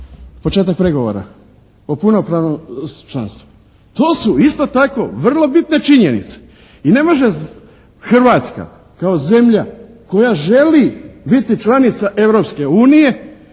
početak pregovora o punopravnom članstvu. To su isto tako vrlo bitne činjenice. I ne može Hrvatska kao zemlja koja želi biti članica